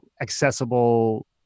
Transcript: accessible